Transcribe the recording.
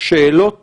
לשאלות